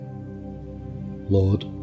Lord